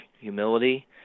humility